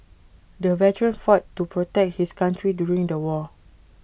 the veteran fought to protect his country during the war